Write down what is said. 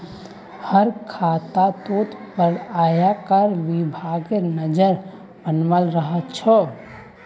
हर खातातोत पर आयकर विभागेर नज़र बनाल रह छे